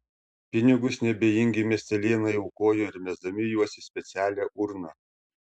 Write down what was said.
pinigus neabejingi miestelėnai aukojo ir mesdami juos į specialią urną